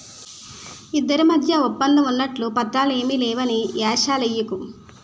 ఇద్దరి మధ్య ఒప్పందం ఉన్నట్లు పత్రాలు ఏమీ లేవని ఏషాలెయ్యకు